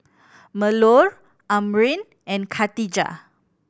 Melur Amrin and Khatijah